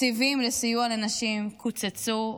תקציבים לסיוע לנשים קוצצו.